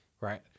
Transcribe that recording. right